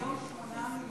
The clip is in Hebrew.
היום 8 מיליארד.